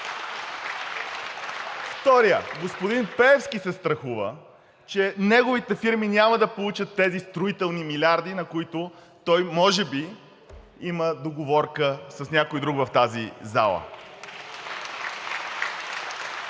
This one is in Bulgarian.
Вторият, господин Пеевски, се страхува, че неговите фирми няма да получат тези строителни милиарди, за които той може би има договорка с някой друг в тази зала.